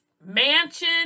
mansion